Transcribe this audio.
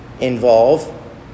involve